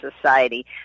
society